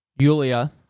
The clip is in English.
Julia